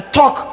talk